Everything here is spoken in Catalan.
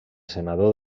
senador